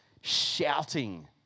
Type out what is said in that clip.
shouting